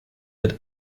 wird